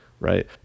right